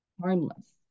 harmless